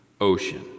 ocean